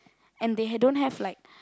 and they have don't have like